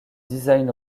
design